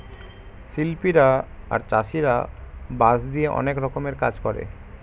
শিল্পীরা আর চাষীরা বাঁশ দিয়ে অনেক রকমের কাজ করে